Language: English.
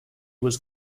was